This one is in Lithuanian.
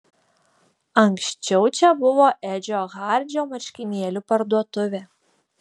anksčiau čia buvo edžio hardžio marškinėlių parduotuvė